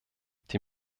die